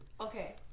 Okay